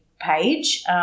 page